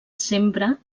sempre